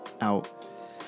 out